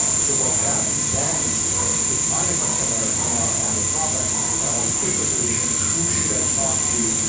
and so what that means then is if i'm a customer and i have a problem and i want a quick resolution, who should i talk to?